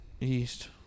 East